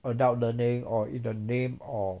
adult learning or in the name of